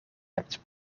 hebt